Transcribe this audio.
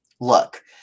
Look